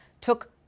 took